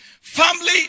family